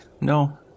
No